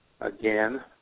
again